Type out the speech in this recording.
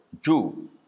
Jew